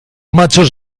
machos